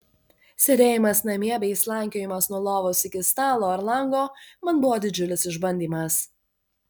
sėdėjimas namie bei slankiojimas nuo lovos iki stalo ar lango man buvo didžiulis išbandymas